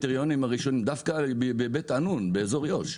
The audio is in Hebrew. דווקא בבית עינון באזור יו"ש,